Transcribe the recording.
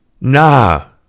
nah